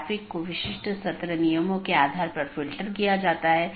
या एक विशेष पथ को अमान्य चिह्नित करके अन्य साथियों को विज्ञापित किया जाता है